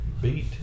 beat